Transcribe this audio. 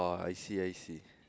I see I see